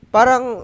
Parang